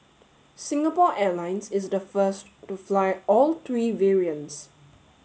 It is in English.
Singapore Airlines is the first to fly all three variants